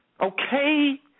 Okay